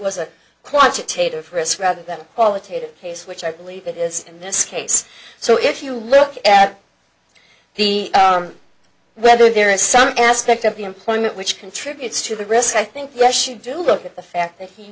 was a quantitative risk rather than a qualitative case which i believe it is in this case so if you look at the whether there is some aspect of the employment which contributes to the risk i think yes you do look at the fact that he